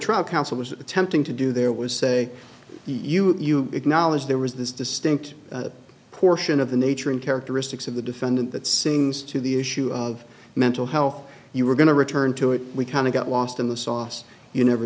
trial counsel was attempting to do there was say you acknowledge there was this distinct portion of the nature and characteristics of the defendant that sings to the issue of mental health you were going to return to it we kind of got lost in the sauce you never